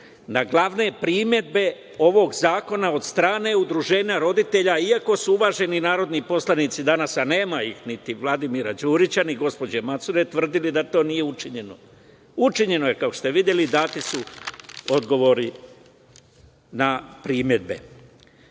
na glavne primedbe ovog zakona od strane Udruženja roditelja, iako su uvaženi narodni poslanici, a nema ih niti Vladimira Đurića, ni gospođe Macure, tvrdili da to nije učinjeno. Učinjeno je, kao što ste videli, dati su odgovori na